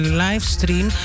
livestream